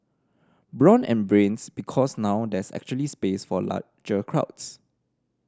brawn and Brains Because now there's actually space for larger crowds